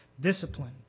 discipline